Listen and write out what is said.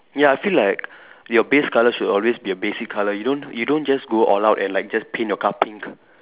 ya I feel like your base colour should always be a basic colour you don't you don't just go all out and like just paint your car pink